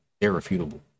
Irrefutable